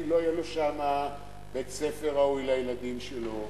כי לא יהיה לו שמה בית-ספר ראוי לילדים שלו,